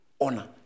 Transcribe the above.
Honor